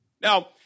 Now